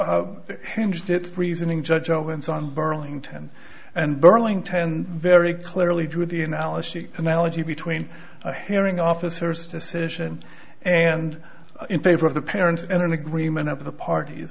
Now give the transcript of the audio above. it reasoning judge owens on burlington and burlington very clearly drew the analogy analogy between a hearing officers decision and in favor of the parents and an agreement of the parties